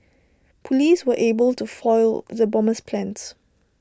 Police were able to foil the bomber's plans